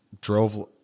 drove